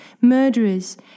murderers